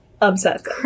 obsessed